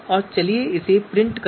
चलो छापते हैं